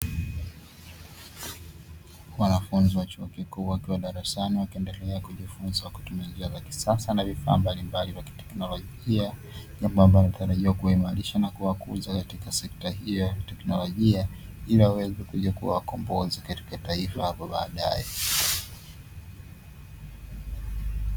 Wanafunzi wa chuo kikuu wakiwa darasani, wakiendelea kujifunza kwa kutumia njia za kisasa, na vifaaa mbalimbali vya kiteknolojia, jambo amabo linatarajiwa kuwaimarisha na kuwakuza katika sekta hiyo ya kiteknolojia, ili waweze Kuja kuwa wakombozi katika taifa hapo baadae.